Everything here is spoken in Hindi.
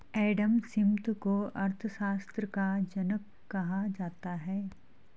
एडम स्मिथ को अर्थशास्त्र का जनक कहा जाता है